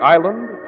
Island